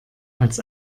als